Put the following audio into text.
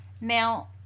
Now